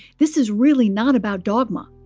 this is really not about dogma.